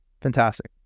Fantastic